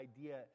idea